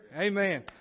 Amen